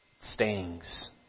stings